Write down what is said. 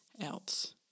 else